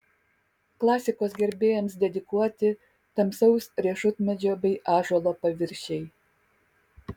klasikos gerbėjams dedikuoti tamsaus riešutmedžio bei ąžuolo paviršiai